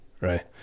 Right